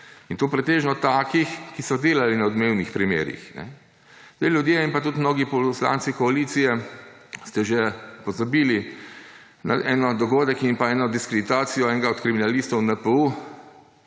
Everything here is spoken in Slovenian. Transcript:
in to pretežno takih, ki so delali na odmevnih primerih. Ljudje in mnogi poslanci koalicije ste že pozabili na en dogodek in pa eno diskreditacijo enega od kriminalistov NPU.